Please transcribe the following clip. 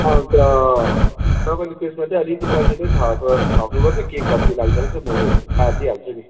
अन्त तपाईँले त्यसमा चाहिँ अलिकति पैसा चाहिँ थप थप्नुपर्छ के कति लाग्दोरहेछ म यो तार दिइहाल्छु नि